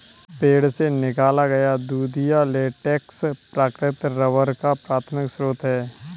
पेड़ से निकाला गया दूधिया लेटेक्स प्राकृतिक रबर का प्राथमिक स्रोत है